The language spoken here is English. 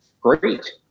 great